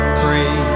pray